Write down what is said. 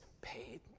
paid